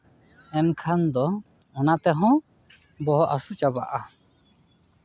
ᱮᱱᱠᱷᱟᱱ ᱫᱚ ᱚᱱᱟ ᱛᱮᱦᱚᱸ ᱵᱚᱦᱚᱜ ᱦᱟᱹᱥᱩ ᱪᱟᱵᱟᱜᱼᱟ